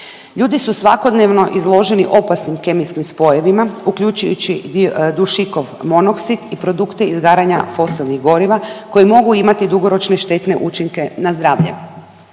Ljudi su svakodnevno izloženi opasnim kemijskim spojevima uključujući dušikov monoksid i produkte izgaranja fosilnih goriva koji mogu imati dugoročne štetne učinke na zdravlje.